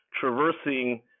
traversing